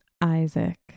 Isaac